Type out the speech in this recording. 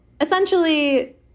essentially